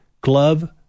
glove